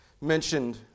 mentioned